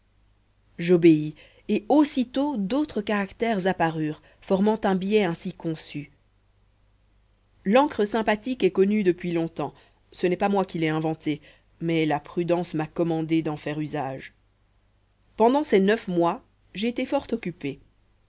j'obéis et aussitôt d'autres caractères apparurent formant un billet ainsi conçu l'encre sympathique est connue depuis longtemps ce n'est pas moi qui l'ai inventée mais la prudence m'a commandé d'en faire usage pendant ces neuf mois j'ai été fort occupé